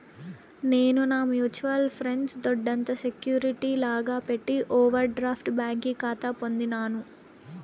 నేను నా mutual funds దొడ్డంత సెక్యూరిటీ లాగా పెట్టి ఓవర్ డ్రాఫ్ట్ బ్యాంకి కాతా పొందినాను